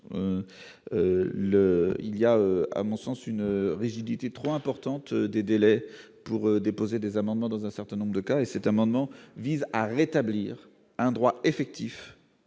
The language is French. il y a, à mon sens une rigidité trop importante des délais pour déposer des amendements dans un certain nombre de cas, et c'est un amendement vise à rétablir un droit effectif